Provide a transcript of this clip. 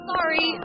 Sorry